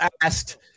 asked